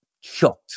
shocked